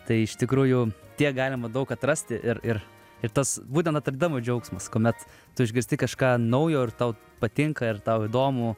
tai iš tikrųjų tiek galima daug atrasti ir ir ir tas būtent atradimo džiaugsmas kuomet tu išgirsti kažką naujo ir tau patinka ir tau įdomu